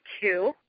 two